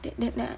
then then I